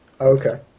Okay